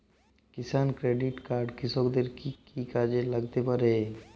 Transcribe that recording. কিষান credit card কৃষকের কি কি কাজে লাগতে পারে?